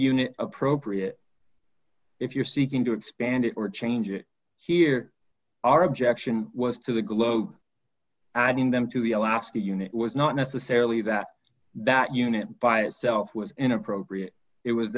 unit appropriate if you're seeking to expand it or change it here are objection was to the globe adding them to the alaska unit was not necessarily that that unit by itself was inappropriate it was